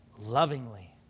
lovingly